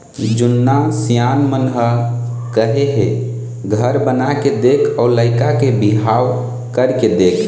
जुन्ना सियान मन ह कहे हे घर बनाके देख अउ लइका के बिहाव करके देख